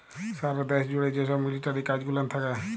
সারা দ্যাশ জ্যুড়ে যে ছব মিলিটারি কাজ গুলান থ্যাকে